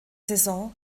saison